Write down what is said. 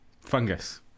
Fungus